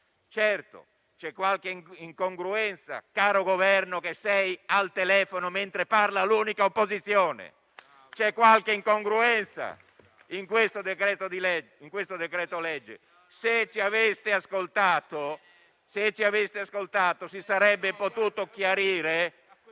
Certo, c'è qualche incongruenza, caro Governo che sei al telefono mentre parla l'unica opposizione. C'è qualche incongruenza, in questo decreto-legge. Se ci aveste ascoltato, si sarebbe potuto chiarire.